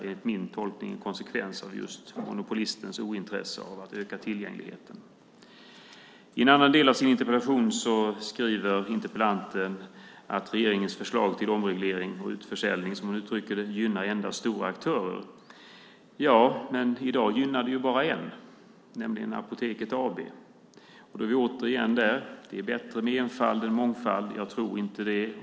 Enligt min tolkning är det en konsekvens av just monopolistens ointresse av att öka tillgängligheten. I en annan del av sin interpellation skriver interpellanten att regeringens förslag till omreglering och utförsäljning, som hon uttrycker det, gynnar endast stora aktörer. Ja, men i dag gynnar det bara en, nämligen Apoteket AB. Då är vi återigen där: Det är bättre med enfald än mångfald. Jag tror inte det.